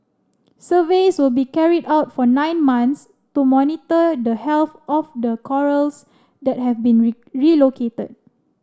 surveys will be carried out for nine months to monitor the health of the corals that have been relocated